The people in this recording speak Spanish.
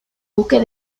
buques